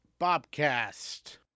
Bobcast